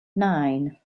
nine